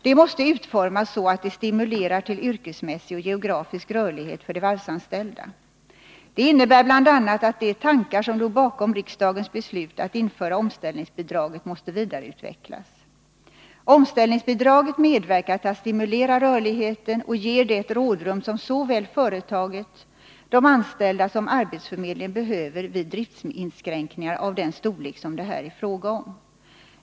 De måste utformas så, att de stimulerar till yrkesmässig och geografisk rörlighet för de varvsanställda. Det innebär bl.a. att de tankar som låg bakom riksdagens beslut att införa omställningsbidraget måste vidareutvecklas. Omställningsbidraget medverkar till att stimulera rörligheten och ger det rådrum som såväl företaget som de anställda och arbetsförmedlingen behöver vid driftsinskränkningar av den storlek som det här är fråga om.